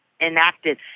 enacted